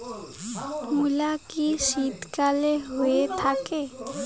মূলো কি শীতকালে হয়ে থাকে?